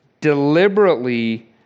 deliberately